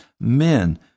men